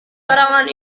karangan